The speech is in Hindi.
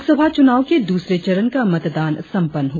लोकसभा चुनाव के दूसरे चरण का मतदान जारी है